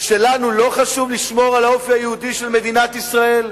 שלנו לא חשוב לשמור על האופי היהודי של מדינת ישראל?